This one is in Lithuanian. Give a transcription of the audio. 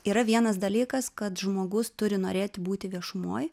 yra vienas dalykas kad žmogus turi norėti būti viešumoj